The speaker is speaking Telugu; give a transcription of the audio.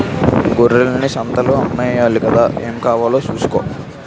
గొర్రెల్ని సంతలో అమ్మేయాలి గదా ఏం కావాలో సూసుకో